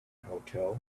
hotel